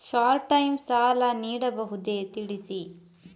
Short time ಸಾಲ ನೀಡಬಹುದೇ ತಿಳಿಸಿ?